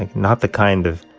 and not the kind of